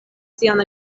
sian